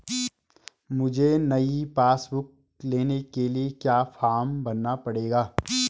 मुझे नयी passbook book लेने के लिए क्या फार्म भरना पड़ेगा?